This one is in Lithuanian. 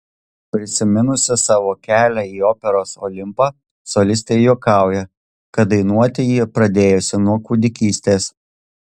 prisiminusi savo kelią į operos olimpą solistė juokauja kad dainuoti ji pradėjusi nuo kūdikystės